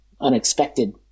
unexpected